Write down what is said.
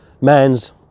man's